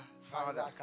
Father